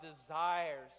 desires